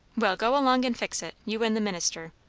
well, go along and fix it you and the minister.